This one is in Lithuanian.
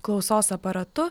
klausos aparatu